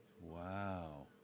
Wow